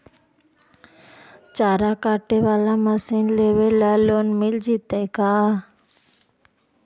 चारा काटे बाला मशीन लेबे ल लोन मिल जितै का?